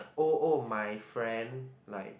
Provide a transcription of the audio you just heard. oh oh my friend like